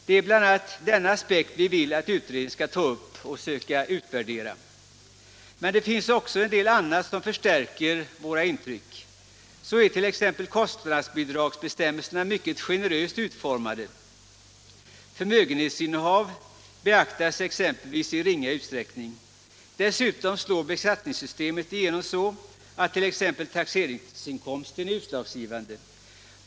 Det är bl.a. denna aspekt vi vill att utredningen skall ta upp och söka utvärdera. Men det finns också en del annat som förstärker våra intryck. Så är t.ex. kostnadsbidragsbestämmelserna mycket generöst utformade. Förmögenhetsinnehav beaktas exempelvis i ringa utsträckning. Dessutom slår beskattningssystemet igenom så, att den taxerade inkomsten är utslagsgivande.